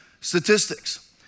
statistics